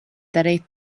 darīt